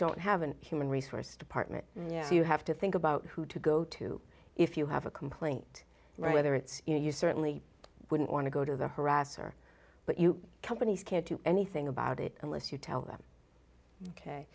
don't have an him and resource department so you have to think about who to go to if you have a complaint or whether it's you know you certainly wouldn't want to go to the harasser but you companies can't do anything about it unless you tell them ok